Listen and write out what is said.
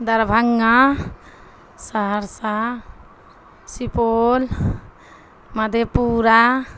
دربھنگا سہرسہ سپول مدے پورہ